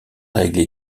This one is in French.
règles